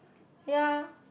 ya